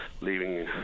leaving